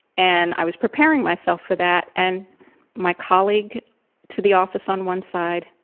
and i was preparing myself for that. and my colleague to the office on one side,